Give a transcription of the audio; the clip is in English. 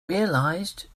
realized